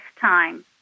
time